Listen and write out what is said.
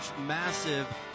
massive